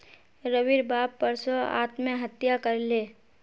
रविर बाप परसो आत्महत्या कर ले